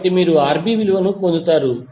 కాబట్టి మీరు Rb విలువను పొందుతారు